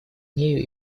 нею